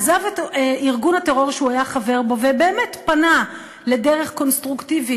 עזב את ארגון הטרור שהוא היה חבר בו ובאמת פנה לדרך קונסטרוקטיבית,